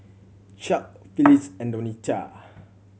Chuck Phillis and Donita